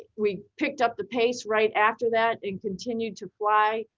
ah we picked up the pace right after that and continued to fly,